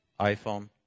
iPhone